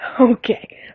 Okay